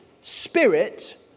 spirit